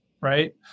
right